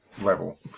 level